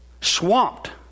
swamped